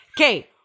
Okay